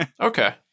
Okay